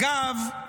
אגב,